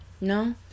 No